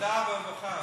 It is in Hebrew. העבודה והרווחה.